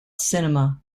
cinema